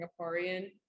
Singaporean